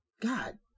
God